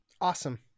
Awesome